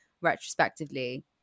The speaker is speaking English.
retrospectively